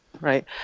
right